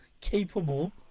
capable